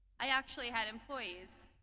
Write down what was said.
i actually had employees.